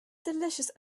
delicious